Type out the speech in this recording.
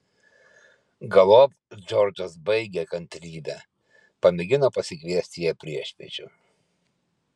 galop džordžas baigė kantrybę pamėgino pasikviesti ją priešpiečių